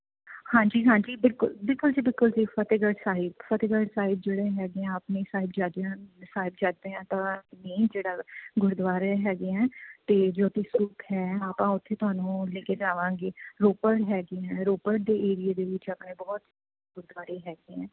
ਹਾਂਜੀ ਹਾਂਜੀ ਬਿਲਕੁਲ ਬਿਲਕੁਲ ਜੀ ਬਿਲਕੁਲ ਜੀ ਫਤਿਹਗੜ੍ਹ ਸਾਹਿਬ ਫਤਿਹਗੜ੍ਹ ਸਾਹਿਬ ਜਿਹੜੇ ਹੈਗੇ ਹੈ ਆਪਣੇ ਸਾਹਿਬਜ਼ਾਦਿਆਂ ਸਾਹਿਬਜ਼ਾਦਿਆਂ ਦਾ ਮੇਨ ਜਿਹੜਾ ਗੁਰਦੁਆਰੇ ਹੈਗੇ ਹੈ ਅਤੇ ਜੋਤੀ ਸਰੂਪ ਹੈ ਆਪਾਂ ਉੱਥੇ ਤੁਹਾਨੂੰ ਲੈ ਕੇ ਜਾਵਾਂਗੇ ਰੋਪੜ ਹੈਗੇ ਹੈ ਰੋਪੜ ਦੇ ਏਰੀਏ ਦੇ ਵਿੱਚ ਆਪਣੇ ਬਹੁਤ ਗੁਰਦੁਆਰੇ ਹੈਗੇ ਹੈ